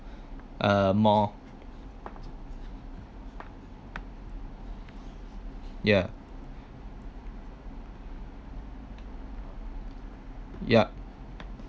uh more yeah yup